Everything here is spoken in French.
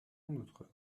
notre